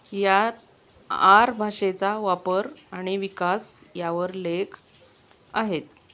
यात आर भाषेचा वापर आणि विकास यावर लेख आहेत